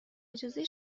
اجازه